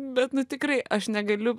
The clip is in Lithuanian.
bet nu tikrai aš negaliu